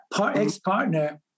ex-partner